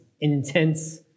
intense